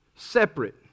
separate